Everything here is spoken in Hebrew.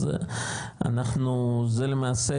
אז למעשה,